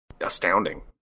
astounding